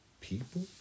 people